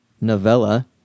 novella